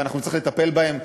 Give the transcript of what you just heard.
ואנחנו נצטרך לטפל בהם.